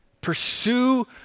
pursue